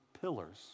pillars